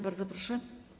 Bardzo proszę.